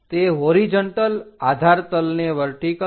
તે હોરીજન્ટલ આધાર તલને વર્ટિકલ